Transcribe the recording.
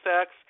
sex